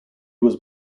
was